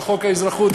על חוק האזרחות.